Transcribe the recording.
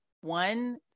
one